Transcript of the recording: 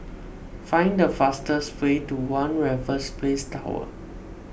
find a fastest way to one Raffles Place Tower